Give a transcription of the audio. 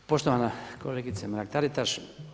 Poštovana kolegice Mrak Taritaš.